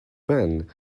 man